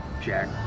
jack